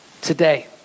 today